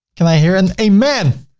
can i hear an amen?